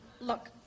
Look